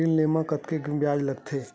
ऋण ले म कतेकन ब्याज लगथे?